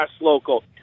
local